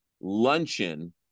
luncheon